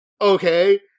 okay